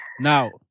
Now